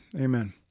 amen